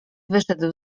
wyszedł